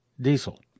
diesel